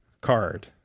card